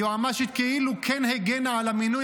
היועמ"שית כאילו כן הגנה על המינוי,